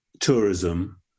tourism